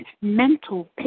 mental